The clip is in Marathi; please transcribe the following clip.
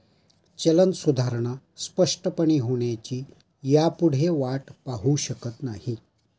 चलन सुधारणा स्पष्टपणे होण्याची ह्यापुढे वाट पाहु शकत नाही